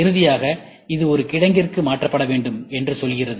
இறுதியாக இது ஒரு கிடங்கிற்கு மாற்றப்பட வேண்டும் என்றும் சொல்கிறது